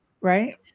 right